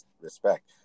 respect